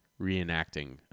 reenacting